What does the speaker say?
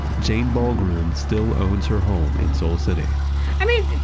jane ball-groom still owns her home in soul city i mean,